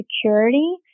security